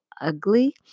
Ugly